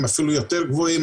הם אפילו יותר גבוהים.